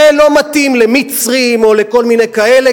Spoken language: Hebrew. זה לא מתאים למצרים או לכל מיני כאלה,